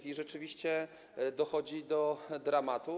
I rzeczywiście dochodzi do dramatu.